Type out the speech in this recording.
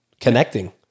connecting